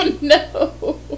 no